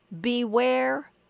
Beware